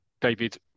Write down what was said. David